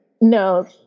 No